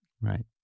Right